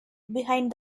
behind